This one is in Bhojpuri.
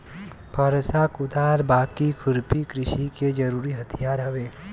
फरसा, कुदार, बाकी, खुरपी कृषि के जरुरी हथियार हउवे